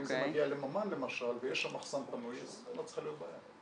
כי הם זה מגיע לממן למשל ויש שם מחסן פנוי אז לא צריכה להיות בעיה,